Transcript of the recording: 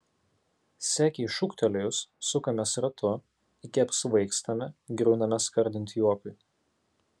sekei šūktelėjus sukamės ratu iki apsvaigstame griūname skardint juokui